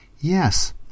Yes